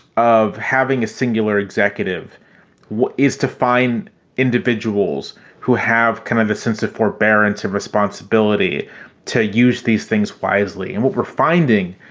of having a singular executive is to find individuals who have kind of a sense of forbearance, of responsibility to use these things wisely. and what we're finding